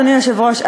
אדוני היושב-ראש,